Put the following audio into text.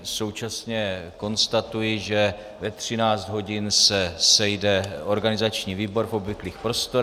Současně konstatuji, že ve 13 hodin se sejde organizační výbor v obvyklých prostorách.